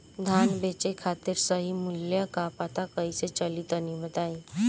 धान बेचे खातिर सही मूल्य का पता कैसे चली तनी बताई?